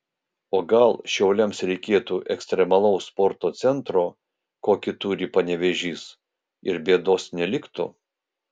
o gal šiauliams reikėtų ekstremalaus sporto centro kokį turi panevėžys ir bėdos neliktų